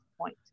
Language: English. point